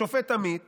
השופט עמית